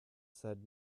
said